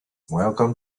welcome